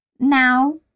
now